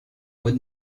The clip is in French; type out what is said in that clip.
mois